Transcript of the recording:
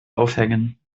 aufhängen